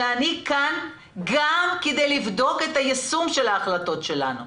שאני כאן גם כדי לבדוק את היישום של ההחלטות שלנו.